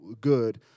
good